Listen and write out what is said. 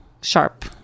sharp